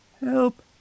help